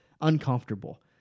uncomfortable